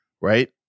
right